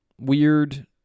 weird